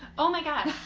oh my god!